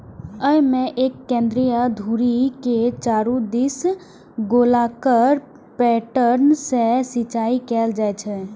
अय मे एक केंद्रीय धुरी के चारू दिस गोलाकार पैटर्न सं सिंचाइ कैल जाइ छै